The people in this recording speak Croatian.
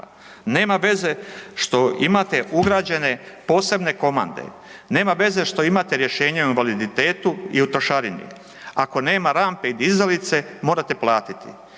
nema veze što imate ugrađene posebne komande, nema veze što imate rješenje o invaliditetu i o trošarini, ako nema rampe i dizalice morate platiti.